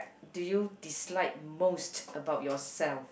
do you dislike most about yourself